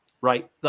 right